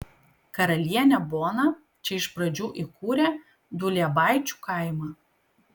karalienė bona čia iš pradžių įkūrė duliebaičių kaimą